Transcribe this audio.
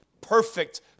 Perfect